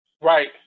Right